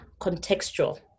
contextual